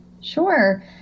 Sure